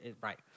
right